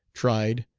tried,